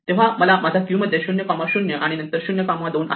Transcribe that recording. तेव्हा आता माझ्या क्यू मध्ये 00 आणि नंतर 02 आहे